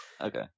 Okay